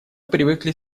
привыкли